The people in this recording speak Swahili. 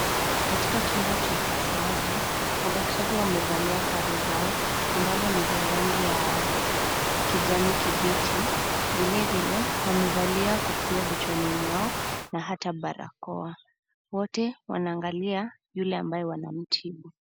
Katika chumba cha upasuaji, madaktari wamevalia sare zao, ambavyo ni vya rangi ya kijani kibichi, vilevile wamevalia kofia vichwani mwao na hata barakoa. Wote wanaangalia yule ambaye wanamtibu.